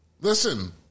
Listen